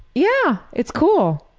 yeah, it's cool.